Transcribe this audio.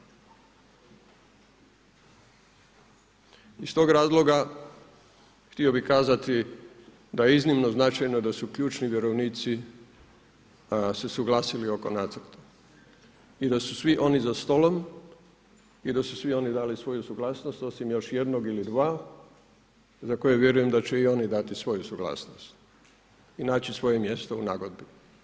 Iz tog razloga htio bih kazati da je iznimno značajno da su ključni vjerovnici se suglasili oko nacrta i da su svi oni za stolom i da su svi oni dali svoju suglasnost osim još jednog ili dva za koje vjerujem da će oni dati svoju suglasnost i naći svoje mjesto u nagodbi.